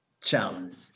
challenge